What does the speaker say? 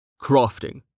Crafting